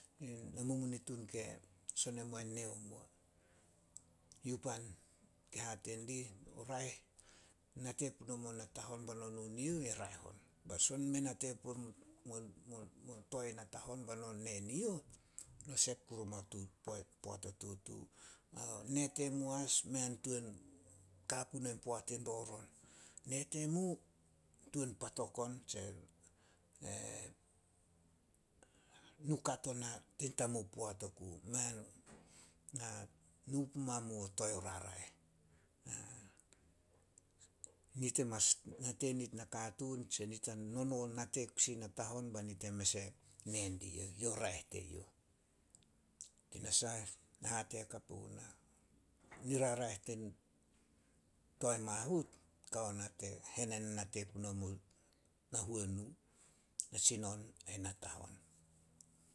Namumunitun son emu nee muo. Yu pan ke hate dih o raeh, nate punomo natahon beno nu neyouh, e raeh on. Bai son mea nate puo mo toae natahon bai no nu neyouh, no sep kuru mao poat o tutu. Ao nee temu as, mei tuan ka punouh poat in roron. Nee temu tuan patok on tse nukat on tin tamup poat oku. Mei nu puma mu o toae o raraeh. Nit e mas nate nit nakatuun, tse nit ta nono nate o kusi natahon bai nit e mes e nee diyouh, yo raeh teyouh. Tinasah, na hate hakap ogunah, niraraeh toae mahut kao na hene nanate punomu, natsinon ai natahon.